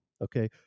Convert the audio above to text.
Okay